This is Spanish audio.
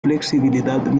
flexibilidad